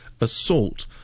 assault